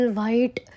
white